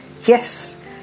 Yes